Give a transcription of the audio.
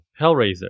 Hellraiser